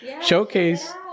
showcase